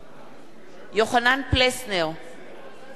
אינו נוכח